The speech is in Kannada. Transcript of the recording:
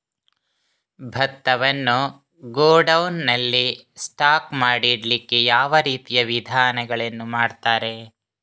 ಭತ್ತವನ್ನು ಗೋಡೌನ್ ನಲ್ಲಿ ಸ್ಟಾಕ್ ಮಾಡಿ ಇಡ್ಲಿಕ್ಕೆ ಯಾವ ರೀತಿಯ ವಿಧಾನಗಳನ್ನು ಮಾಡ್ತಾರೆ?